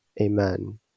Amen